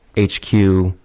HQ